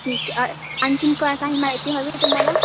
ठीक आहे आणखीन काय काही माहिती हवी आहे तुम्हाला